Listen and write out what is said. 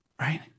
right